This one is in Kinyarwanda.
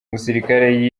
musirikare